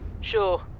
Sure